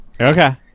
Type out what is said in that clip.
Okay